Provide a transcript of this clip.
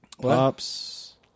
Pops